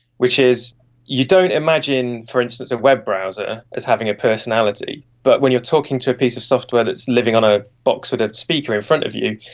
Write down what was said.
which is you don't imagine for instance a web browser as having a personality, but when you're talking to a piece of software that is living on a box or a speaker in front of you,